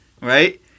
right